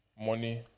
money